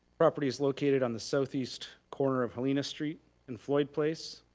property is located on the southeast corner of helena street and floyd place.